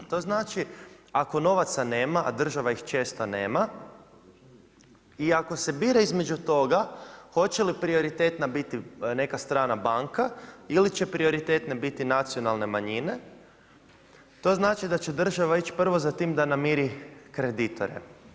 To znači ako novaca nema, a država ih često nema i ako se bira između toga hoće li prioritetna biti neka strana banka ili će prioritetne biti nacionalne manjine, to znači da će država ići prvo za tim da namiri kreditore.